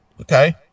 Okay